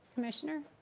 commissioner.